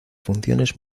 funciones